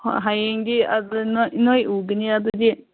ꯍꯣꯏ ꯍꯌꯦꯡꯗꯤ ꯑꯗꯨ ꯅꯣꯏ ꯅꯣꯏ ꯎꯒꯅꯤ ꯑꯗꯨꯗꯤ